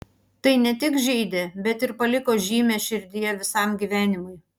tai ne tik žeidė bet ir paliko žymę širdyje visam gyvenimui